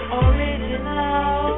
original